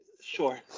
sure